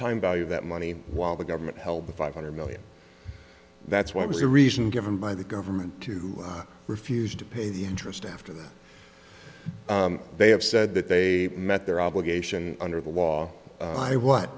time value that money while the government held the five hundred million that's what was the reason given by the government to refused to pay the interest after that they have said that they met their obligation under the law i w